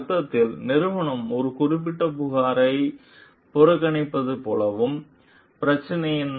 அர்த்தத்தில் நிறுவனம் ஒரு குறிப்பிட்ட புகாரை புறக்கணிப்பது போலவும் பிரச்சினை என்ன